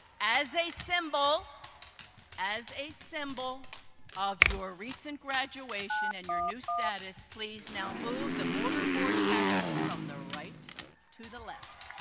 as a symbol as a symbol of your recent graduation and your new status, please now move the mortarboard tassel from the right to the left.